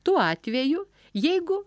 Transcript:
tuo atveju jeigu